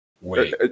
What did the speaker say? Wait